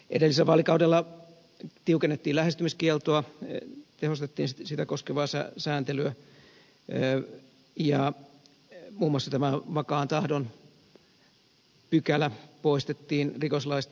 edellisellä vaalikaudella tiukennettiin lähestymiskieltoa tehostettiin sitä koskevaa sääntelyä ja muun muassa tämä vakaan tahdon pykälä poistettiin rikoslaista